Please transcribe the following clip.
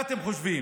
מה אתם חושבים?